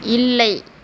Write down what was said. இல்லை